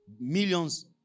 Millions